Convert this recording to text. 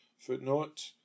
Footnote